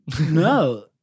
No